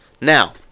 Now